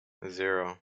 zero